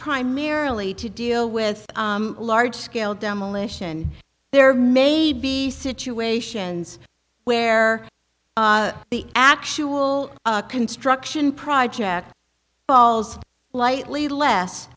primarily to deal with large scale demolition there may be situations where the actual construction project falls lightly less